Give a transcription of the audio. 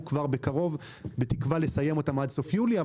יבואו כבר בקרוב בתקווה לסיים אותם עד סוף יולי.